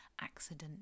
accident